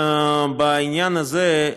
בעניין הזה,